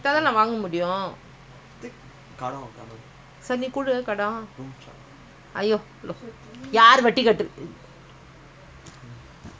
சரிநீகொடுகடன்சரிநீகொடுகடன்ஐயோ:sari nee kodu kadan sari nee kodu kadan aiyoo bank loan ah யாருவட்டிகட்டறது:yaaru vatti kattarathu